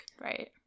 right